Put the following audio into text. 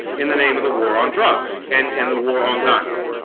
in the name of the war on drugs and in the war on guns